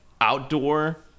outdoor